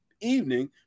evening